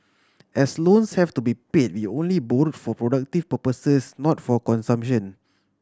as loans have to be paid we only borrowed for productive purposes not for consumption